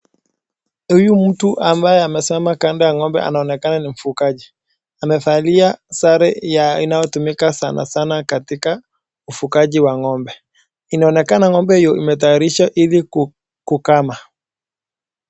Huyu mtu ambaye amesimama kando ya ngombe anaonekana ni mfugaji. Amevalia sare ya inayotumika sana sana katika ufugaji wa ngombe . Inaonekana ngombe hiyo imetayarishwa ili kukama.